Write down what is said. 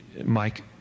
Mike